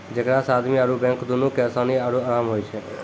जेकरा से आदमी आरु बैंक दुनू के असानी आरु अराम होय छै